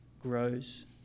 grows